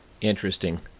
interesting